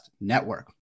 Network